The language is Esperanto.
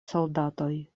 soldatoj